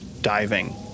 diving